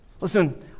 Listen